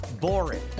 boring